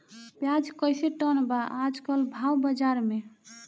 प्याज कइसे टन बा आज कल भाव बाज़ार मे?